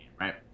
right